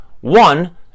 one